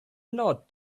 nod